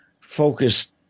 focused